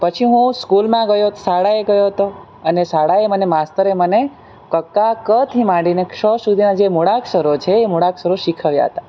પછી હું સ્કૂલમાં ગયો શાળાએ ગયો હતો અને શાળાએ મને માસ્તરે મને કક્કા ક થી માંડીને ક્ષ સુધીના જે મૂળાક્ષરો છે એ મૂળાક્ષરો શિખાવ્યા હતા